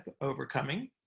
overcoming